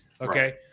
okay